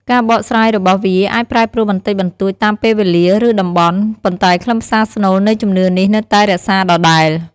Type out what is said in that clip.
ការបកស្រាយរបស់វាអាចប្រែប្រួលបន្តិចបន្តួចតាមពេលវេលា ឬតំបន់ ប៉ុន្តែខ្លឹមសារស្នូលនៃជំនឿនេះនៅតែរក្សាដដែល។